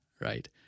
right